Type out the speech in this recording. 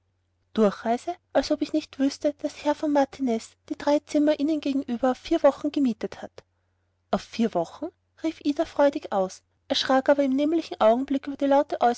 durchreise als ob ich nicht wüßte daß herr von martiniz die drei zimmer ihnen gegenüber auf vier wochen gemietet hat auf vier wochen rief ida freudig aus erschrak aber im nämlichen augenblick über die laute